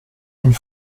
une